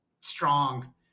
strong